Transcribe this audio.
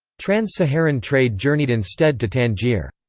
trans-saharan trade journeyed instead to tangier.